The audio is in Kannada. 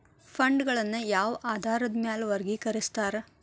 ಫಂಡ್ಗಳನ್ನ ಯಾವ ಆಧಾರದ ಮ್ಯಾಲೆ ವರ್ಗಿಕರಸ್ತಾರ